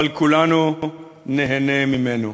אבל כולנו ניהנה ממנו.